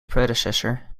predecessor